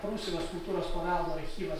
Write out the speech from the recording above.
prūsijos kultūros paveldo archyvas